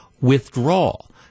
withdrawal